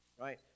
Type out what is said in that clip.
Right